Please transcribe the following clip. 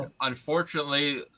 Unfortunately –